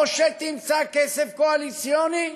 או שתמצא כסף קואליציוני,